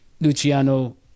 Luciano